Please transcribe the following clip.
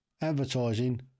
advertising